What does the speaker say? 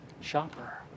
shopper